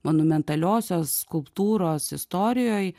monumentaliosios skulptūros istorijoj